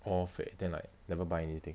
off eh then like never buy anything